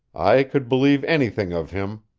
i could believe anything of him,